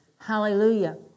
Hallelujah